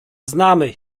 znamy